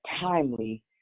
timely